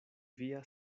via